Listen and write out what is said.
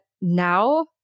now